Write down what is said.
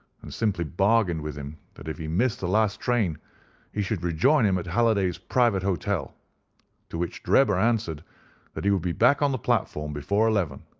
and simply bargained with him that if he missed the last train he should rejoin him at halliday's private hotel to which drebber answered that he would be back on the platform before eleven,